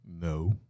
No